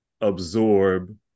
absorb